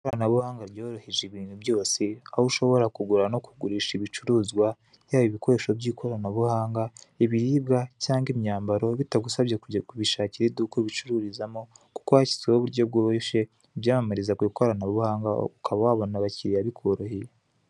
Ikoranabuhanga ryoroheje ibintu byose, aho ushobora kugura no kugurisha ibicuruzwa, yaba ibikoresho by'ikoranabuhanga, ibiribwa cyangwa imyambaro, bitagusabye kujya kubishakira iduka ubicururizamo, kuko hashyizwe ho uburyo bworoshe, ubyamamariza ku ikoranabuhanga ukaba wabona aba kiriya bikoroheye.